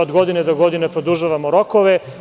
Od godine do godine produžavamo rokove.